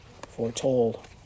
foretold